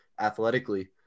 athletically